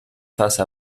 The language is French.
face